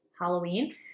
Halloween